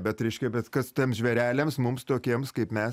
bet reiškia bet kas tiems žvėreliams mums tokiems kaip mes